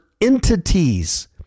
entities